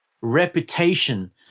reputation